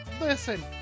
listen